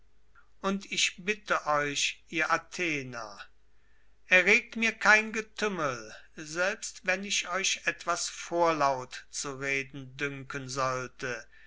und ich bitte euch ihr athener erregt mir kein getümmel selbst wenn ich euch etwas vorlaut zu reden dünken sollte